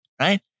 right